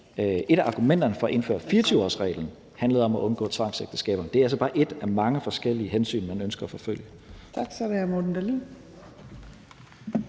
et af argumenterne for at indføre 24-årsreglen handlede om at undgå tvangsægteskaber. Det er altså bare ét af mange forskellige hensyn, man ønsker at forfølge.